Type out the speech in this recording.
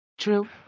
True